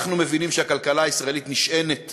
אנחנו מבינים שהכלכלה הישראלית נשענת